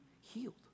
healed